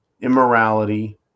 immorality